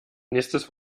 nächstes